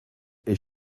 est